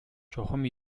чухам